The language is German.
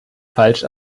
falsch